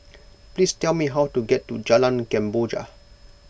please tell me how to get to Jalan Kemboja